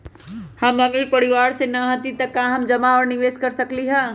हम अमीर परिवार से न हती त का हम जमा और निवेस कर सकली ह?